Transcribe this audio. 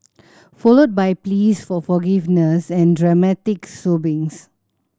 followed by pleas for forgiveness and dramatic sobbing